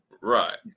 Right